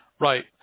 Right